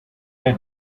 dead